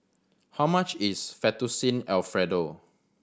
how much is Fettuccine Alfredo